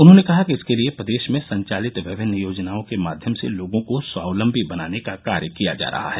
उन्होंने कहा कि इसके लिये प्रदेश में संचालित विभिन्न योजनाओं के माध्यम से लोगों को स्वावलम्बी बनाने का कार्य किया जा रहा है